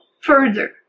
further